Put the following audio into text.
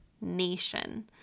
nation